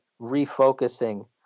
refocusing